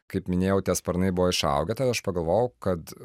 kaip minėjau tie sparnai buvo išaugę tada aš pagalvojau kad